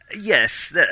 yes